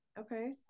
okay